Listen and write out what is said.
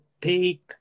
take